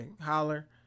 holler